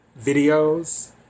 videos